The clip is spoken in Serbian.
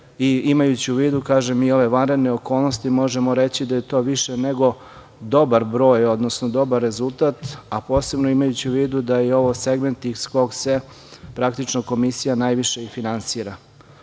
Imajući u vidu, kažem, ove vanredne okolnosti, možemo reći da je to više nego dobar broj, odnosno dobar rezultat, a posebno imajući u vidu da je ovo segment iz kog se praktično komisija najviše i finansira. Još